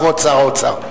כבוד שר האוצר.